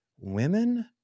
Women